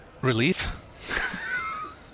Relief